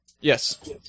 Yes